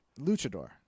Luchador